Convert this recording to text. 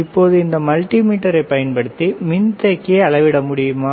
இப்போது இந்த மல்டிமீட்டரைப் பயன்படுத்தி மின்தேக்கியை அளவிட முடியுமா